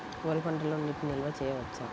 వరి పంటలో నీటి నిల్వ చేయవచ్చా?